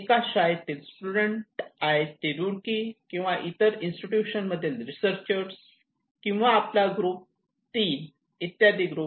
एकाच शाळेतील student IIT Roorkee किंवा इतर इन्स्टिट्यूशन मधील रिसर्चर किंवा आपला 3 इ ग्रुप